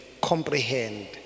comprehend